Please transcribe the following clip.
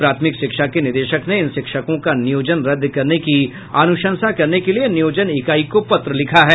प्राथमिक शिक्षा के निदेशक ने इन शिक्षकों का नियोजन रद्द करने की अनुशंसा करने के लिए नियोजन इकाई को पत्र लिखा है